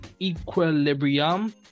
equilibrium